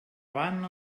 avant